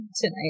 tonight